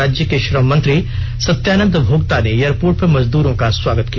राज्य के श्रम मंत्री सत्यानद भोक्ता ने एयरपोर्ट पर मजदूरो का स्वागत किया